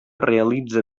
realitza